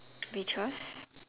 which was